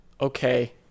Okay